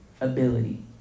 ability